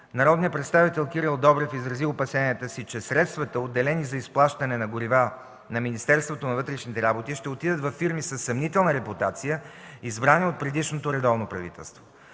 Народният представител Кирил Добрев изрази опасенията си, че средствата, отделени за изплащане на горива на Министерството на вътрешните работи, ще отидат във фирми със съмнителна репутация, избрани от предишното редовно правителство.